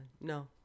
no